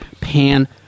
Pan